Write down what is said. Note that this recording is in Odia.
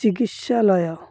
ଚିକିତ୍ସାଳୟ